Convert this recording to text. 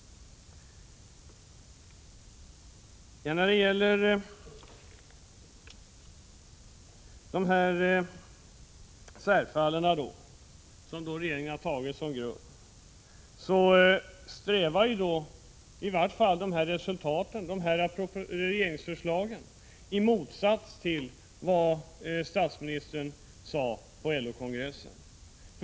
Resultatet av de särfall som nämnts här har beaktats i regeringsförslaget, som går i rakt motsatt riktning mot vad statsministern sade vid LO-kongressen.